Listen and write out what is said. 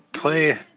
play